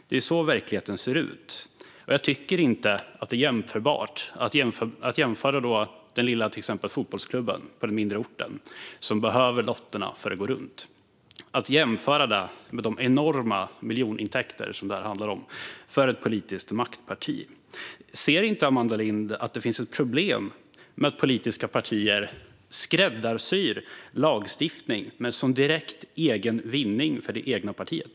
Det är så verkligheten ser ut. Jag tycker inte att exemplet med den lilla fotbollsklubben på den mindre orten som behöver lotterna för att gå runt är jämförbart med de enorma miljonintäkter som detta handlar om för ett politiskt maktparti. Ser inte Amanda Lind att det finns ett problem med att politiska partier skräddarsyr lagstiftning med sådan direkt egen vinning för det egna partiet?